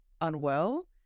unwell